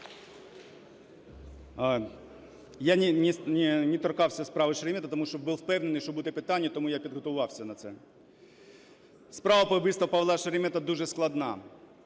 Я не торкався справи Шеремета, тому що був впевнений, що буде питання, тому я підготувався на це. Справа про вбивство Павла Шеремета дуже складна